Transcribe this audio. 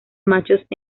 machos